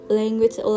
language